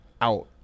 Out